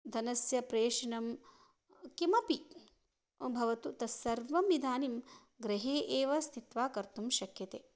धनस्य प्रेषणं किमपि भवतु तस्सर्वम् इदानीं गृहे एव स्थित्वा कर्तुं शक्यते